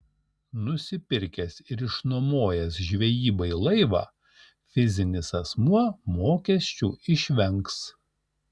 nusipirkęs ir išnuomojęs žvejybai laivą fizinis asmuo mokesčių išvengs